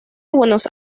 buenos